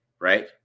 right